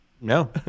No